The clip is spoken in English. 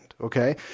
okay